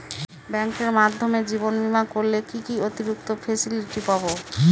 ব্যাংকের মাধ্যমে জীবন বীমা করলে কি কি অতিরিক্ত ফেসিলিটি পাব?